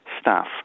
staff